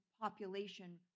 population